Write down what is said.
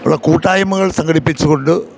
ഉള്ള കൂട്ടായ്മകൾ സംഘടിപ്പിച്ചുകൊണ്ട്